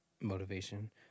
motivation